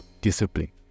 discipline